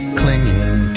clinging